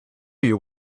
you